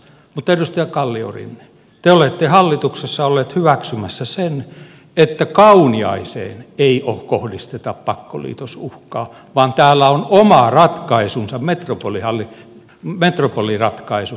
mutta edustaja kalliorinne te olette hallituksessa olleet hyväksymässä sen että kauniaiseen ei kohdisteta pakkoliitosuhkaa vaan täällä on oma ratkaisunsa metropoliratkaisu